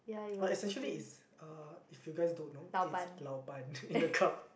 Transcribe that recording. but is actually is uh if you guys don't know is lao ban in a cup